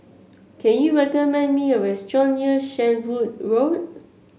can you recommend me a restaurant near Shenvood Road